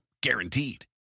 Guaranteed